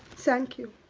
thank you.